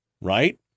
right